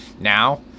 now